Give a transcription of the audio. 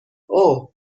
اوه